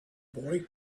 boy